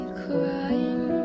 crying